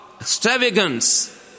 extravagance